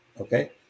okay